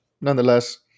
nonetheless